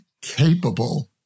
capable